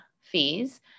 fees